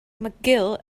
mcgill